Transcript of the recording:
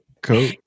Cool